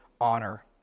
honor